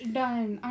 done